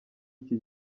iki